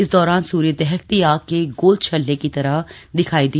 इस दौरान सूर्य दहकती आग के गोल छल्ले की तरह दिखाई दिया